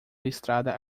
listrada